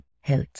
health